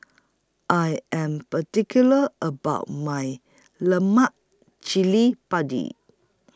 I Am particular about My Lemak Cili Padi